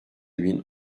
bin